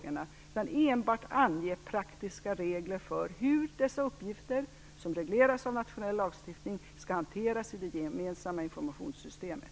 Den skall enbart ange praktiska regler för hur dessa uppgifter, som regleras av nationell lagstiftning, skall hanteras i det gemensamma informationssystemet.